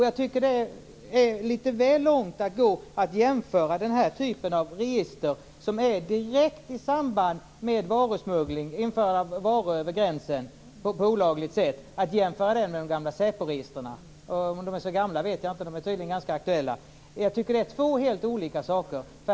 Jag tycker det är att gå litet väl långt att jämföra den här typen av register, som står i direkt samband med införande av varor över gränsen på olagligt sätt, med de gamla säporegistren. Om de är så gamla vet jag förresten inte; de är tydligen ganska aktuella. Jag tycker att det är två helt olika saker.